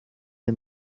del